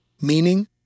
Meaning